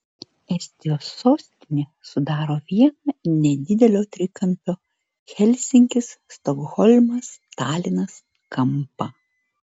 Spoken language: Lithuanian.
estijos sostinė sudaro vieną nedidelio trikampio helsinkis stokholmas talinas kampą